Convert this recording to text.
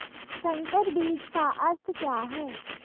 संकर बीज का अर्थ क्या है?